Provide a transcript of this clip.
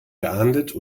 geahndet